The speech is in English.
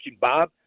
Bob